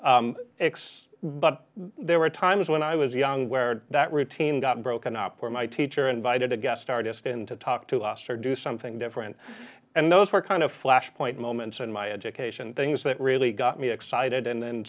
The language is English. x but there were times when i was young where that routine got broken up or my teacher invited a guest artist in to talk to us or do something different and those were kind of flashpoint moments in my education things that really got me excited